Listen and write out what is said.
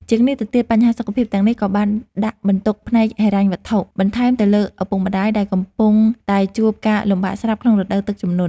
ជាងនេះទៅទៀត បញ្ហាសុខភាពទាំងនេះក៏បានដាក់បន្ទុកផ្នែកហិរញ្ញវត្ថុបន្ថែមទៅលើឪពុកម្តាយ ដែលកំពុងតែជួបការលំបាកស្រាប់ក្នុងរដូវទឹកជំនន់។